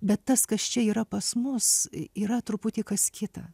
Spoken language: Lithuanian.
bet tas kas čia yra pas mus yra truputį kas kita